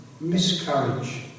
miscarriage